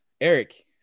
Eric